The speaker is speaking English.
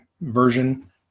version